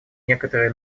некоторые